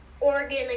Oregon